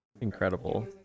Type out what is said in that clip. Incredible